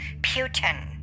Putin